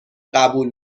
قبول